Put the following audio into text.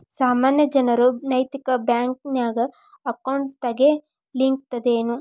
ಸಾಮಾನ್ಯ ಜನರು ನೈತಿಕ ಬ್ಯಾಂಕ್ನ್ಯಾಗ್ ಅಕೌಂಟ್ ತಗೇ ಲಿಕ್ಕಗ್ತದೇನು?